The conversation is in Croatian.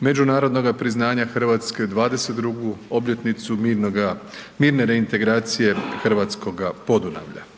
međunarodnoga priznanja RH, 22. obljetnicu mirnoga, mirne reintegracije hrvatskoga Podunavlja.